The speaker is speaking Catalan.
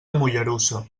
mollerussa